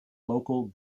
local